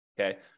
Okay